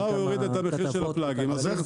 מחר הוא יוריד את המחיר של הפלגים --- אז איך